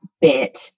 bit